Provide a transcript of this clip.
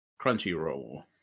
Crunchyroll